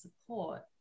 support